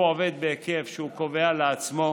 הוא עובד בהיקף שהוא קובע לעצמו,